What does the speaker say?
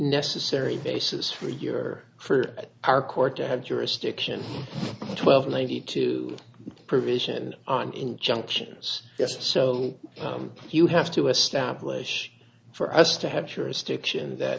necessary basis for a year for our court to have jurisdiction twelve ninety two provision on injunctions just so you have to establish for us to have jurisdiction that